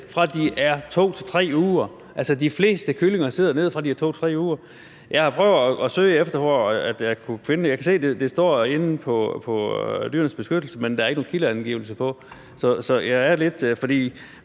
fra de er 2-3 uger gamle.« Altså: »de fleste kyllinger sidder derfor ned fra de er 2-3 uger gamle«. Jeg har prøvet at søge efter, hvor jeg kunne finde det. Jeg kan se, at det står inde på Dyrenes Beskyttelses side, men der er ikke nogen kildeangivelse på. Og hvis